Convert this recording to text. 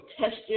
tested